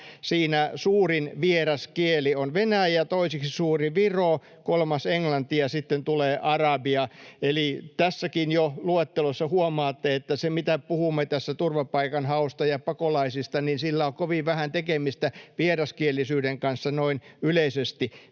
Siinä suurin vieras kieli on venäjä, toiseksi suurin viro, kolmas englanti, ja sitten tulee arabia. Eli tässäkin luettelossa jo huomaatte, että sillä, mitä puhumme tässä turvapaikanhausta ja pakolaisista, on kovin vähän tekemistä vieraskielisyyden kanssa noin yleisesti.